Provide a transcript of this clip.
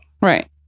Right